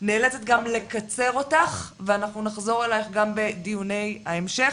נאלצת גם לקצר אותך ואנחנו נחזור אליך גם בדיוני ההמשך.